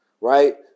right